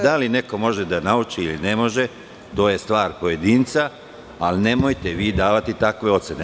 Da li neko može da nauči ili ne može, to je stvar pojedinca, ali nemojte vi davati takve ocene.